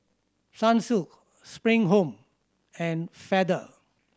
Sunsilk Spring Home and Feather